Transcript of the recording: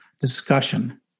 discussion